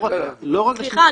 לא רק לשימוש --- סליחה,